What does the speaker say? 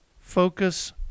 Focus